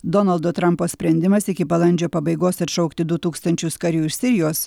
donaldo trampo sprendimas iki balandžio pabaigos atšaukti du tūkstančius karių iš sirijos